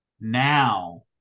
now